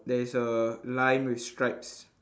there is a line with stripes